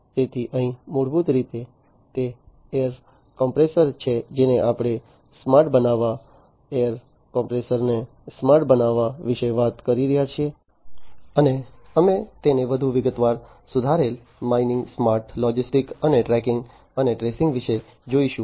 તેથી અહીં મૂળભૂત રીતે તે એર કોમ્પ્રેસર છે જેને આપણે સ્માર્ટ બનાવવા એર કોમ્પ્રેસર ને સ્માર્ટ બનાવવા વિશે વાત કરી રહ્યા છીએ અને અમે તેને વધુ વિગતવાર સુધારેલ માઇનિંગ સ્માર્ટ લોસ્ટિક્સ અને ટ્રેકિંગ અને ટ્રેસિંગ વિશે જોઈશું